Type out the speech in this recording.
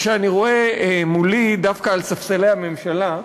היא שאני רואה מולי, דווקא על ספסלי הממשלה,